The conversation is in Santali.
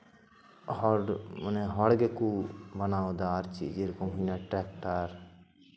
ᱦᱚᱲ ᱢᱟᱱᱮ ᱦᱚᱲ ᱜᱮᱠᱚ ᱢᱟᱱᱟᱣᱮᱫᱟ ᱟᱨ ᱪᱮᱫ ᱡᱮᱨᱚᱠᱚᱢ ᱦᱩᱭᱮᱱᱟ ᱴᱨᱟᱠᱴᱟᱨ